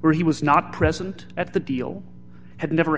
where he was not present at the deal had never